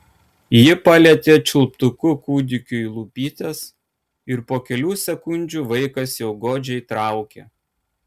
ji palietė čiulptuku kūdikiui lūpytes ir po kelių sekundžių vaikas jau godžiai traukė